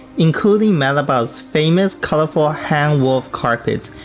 including madaba's famous colorful hand-woven carpets,